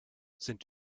sind